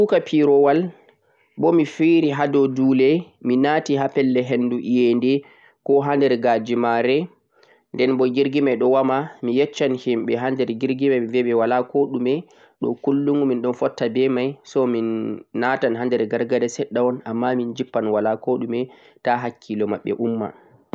Tomiɗon tuuka pirowal bo mi feeri hado dule minati ha pelle ko ha nder gajimare ɗenbo jirgi mai ɗon wama mi yesh-shan himɓe nder girgima walako ɗume ɗo kullum miɗon fotta be mai, so min natai ha nder gargada seɗɗa'on amma min jippan walakoɗume ta hakkilo mabɓe umma